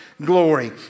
Glory